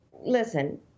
listen